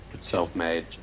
self-made